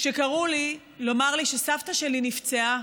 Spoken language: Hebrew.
כשקראו לי לומר לי שסבתא שלי נפצעה,